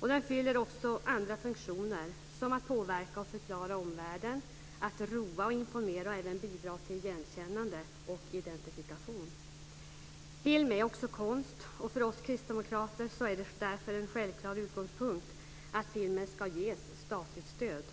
Den fyller också andra funktioner, som att påverka och förklara omvärlden, att roa, informera och även bidra till igenkännande och identifikation. Film är också konst. För oss kristdemokrater är det därför en självklar utgångspunkt att filmen ska ges statligt stöd.